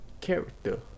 Character